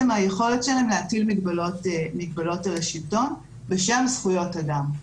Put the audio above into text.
היכולת שלהן להטיל מגבלות על השלטון בשם זכויות אדם.